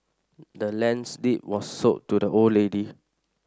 the land's deed was sold to the old lady